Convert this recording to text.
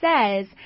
says